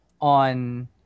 on